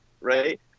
right